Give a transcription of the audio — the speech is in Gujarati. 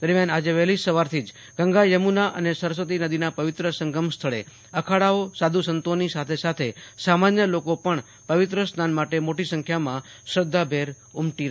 દરમિયાન આજે વહેલી સવારથી જ ગંગાથમુના અને સરસ્વતી નદીના પવિત્ર સંગમ સ્થળે અખાડાઓ સાધુ સંતોની સાથે સાથે સામાન્ય લોકો પણ પવિત્ર સ્નાન માટે મોટી સંખ્યામાં શ્રધ્ધાભેર ઉમટી રહ્યા છે